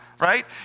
right